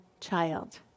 child